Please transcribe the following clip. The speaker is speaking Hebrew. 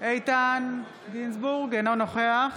אינו נוכח